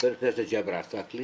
חבר הכנסת ג'אבר עסאקלה.